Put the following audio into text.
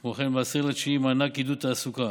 כמו כן, ב-10 בספטמבר, מענק עידוד תעסוקה.